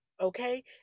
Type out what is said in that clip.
Okay